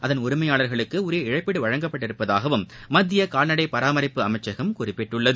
அதன் உரிமையாளர்களுக்கு உரிய இழப்பீடு வழங்கப்பட்டுள்ளதாகவும் மத்திய கால்நடை பராமரிப்பு அமைச்சகம் குறிப்பிட்டுள்ளது